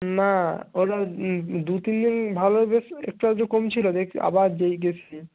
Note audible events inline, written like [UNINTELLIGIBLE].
না ওরা [UNINTELLIGIBLE] দু তিন দিন ভালো বেশ একটু আধটু কমছিল [UNINTELLIGIBLE] আবার যেই কে সেই